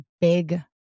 big